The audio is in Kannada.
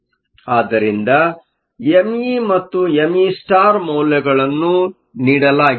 ಆದ್ದರಿಂದ me ಮತ್ತು meಮೌಲ್ಯಗಳನ್ನು ನೀಡಲಾಗಿದೆ